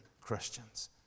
Christians